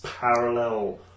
parallel